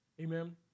Amen